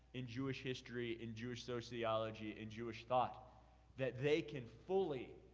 in jewish history, in jewish sociology, in jewish thought that they can fully,